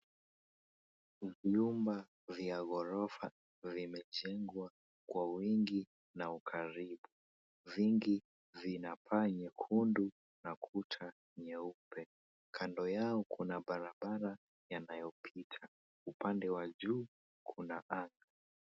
Nyumba vya ghorofa vimejengwa kwa wingi na ukaribu. Vingi vina paa nyekundu na kuta nyeupe. Kando yao kuna barabara yanayopita. Upande wa juu kuna anga.